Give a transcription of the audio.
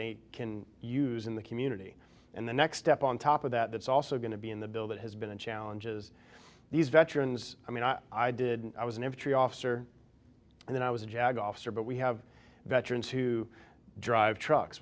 they can use in the community and the next step on top of that that's also going to be in the bill that has been a challenge is these veterans i mean i did i was an infantry officer and then i was a jag officer but we have veterans who drive trucks